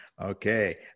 Okay